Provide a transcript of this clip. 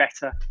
better